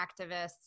activists